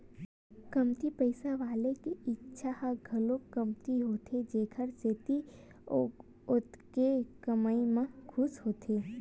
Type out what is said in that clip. कमती पइसा वाला के इच्छा ह घलो कमती होथे जेखर सेती ओतके कमई म खुस होथे